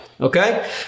Okay